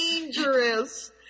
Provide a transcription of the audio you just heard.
dangerous